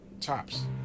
tops